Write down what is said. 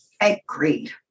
Agreed